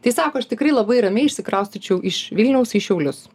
tai sako aš tikrai labai ramiai išsikraustyčiau iš vilniaus į šiaulius